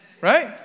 Right